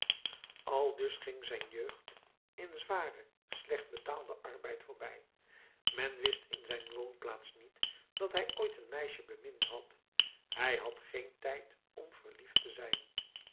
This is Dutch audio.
aldus ging zijn jeugd in zwaren slecht betaalden arbeid voorbij men wist in zijn woonplaats niet dat hij ooit een meisje bemind had hij had geen tijd om verliefd te zijn